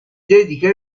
dedica